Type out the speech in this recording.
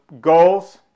goals